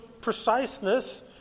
preciseness